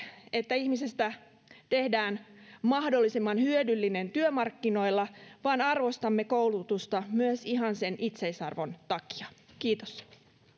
että ihmisestä tehdään mahdollisimman hyödyllinen työmarkkinoilla vaan arvostamme koulutusta myös ihan sen itseisarvon takia kiitos